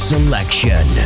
Selection